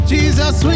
Jesus